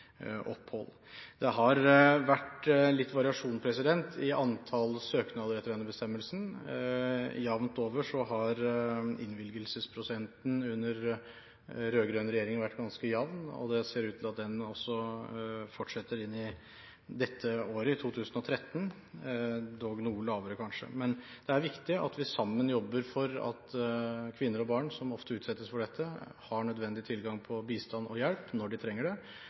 opphold. Det har vært litt variasjon i antall søknader etter denne bestemmelsen. Jevnt over har innvilgelsesprosenten under rød-grønn regjering vært ganske jevn, og det ser ut til at den også fortsetter inn i dette året, i 2013, dog noe lavere kanskje. Men det er viktig at vi sammen jobber for at kvinner og barn, som ofte utsettes for dette, har nødvendig tilgang på bistand og hjelp når de trenger det.